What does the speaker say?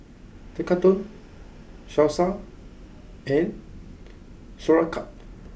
Tekkadon Salsa and Sauerkraut